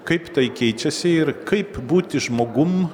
kaip tai keičiasi ir kaip būti žmogum